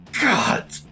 God